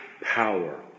power